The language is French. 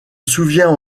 souvient